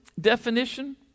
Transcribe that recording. definition